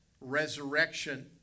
resurrection